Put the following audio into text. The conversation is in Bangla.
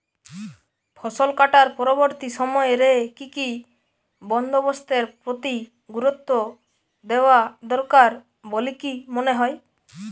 ফসলকাটার পরবর্তী সময় রে কি কি বন্দোবস্তের প্রতি গুরুত্ব দেওয়া দরকার বলিকি মনে হয়?